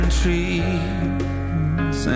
trees